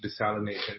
desalination